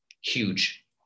huge